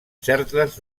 certes